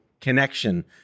connection